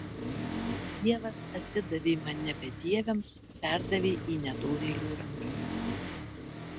dievas atidavė mane bedieviams perdavė į nedorėlių rankas